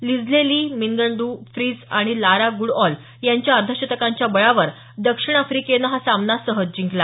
Lizelle Lee Mignon du Preez आणि Laura Goodall यांच्या अर्धशतकांच्या बळावर दक्षिण आफ्रिकेनं हा सामना सहज जिंकला